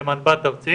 למנב"ט ארצי